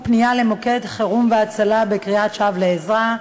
פנייה למוקד חירום והצלה בקריאת שווא לעזרה),